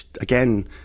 again